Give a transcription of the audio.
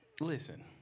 Listen